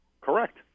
Correct